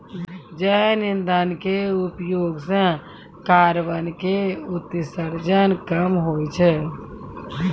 जैव इंधन के उपयोग सॅ कार्बन के उत्सर्जन कम होय छै